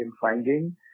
finding